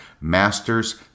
master's